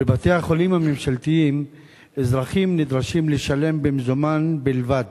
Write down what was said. בבתי-החולים הממשלתיים אזרחים נדרשים לשלם במזומן בלבד,